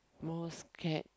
most scared